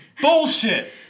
bullshit